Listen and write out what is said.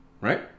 right